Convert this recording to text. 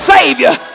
Savior